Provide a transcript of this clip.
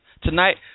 tonight